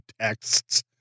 texts